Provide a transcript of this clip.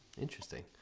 Interesting